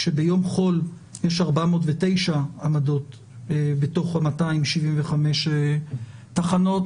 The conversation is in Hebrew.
כשביום חול יש 409 עמדות בתוך ה-275 תחנות,